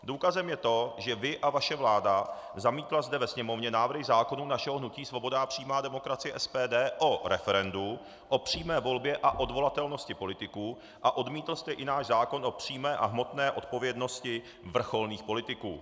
Důkazem je to, že jste vy a vaše vláda zamítli zde ve Sněmovně návrhy zákonů našeho hnutí Svoboda a přímá demokracie, SPD, o referendu o přímé volbě a odvolatelnosti politiků a odmítl jste i náš zákon o přímé a hmotné odpovědnosti vrcholných politiků.